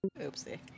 Oopsie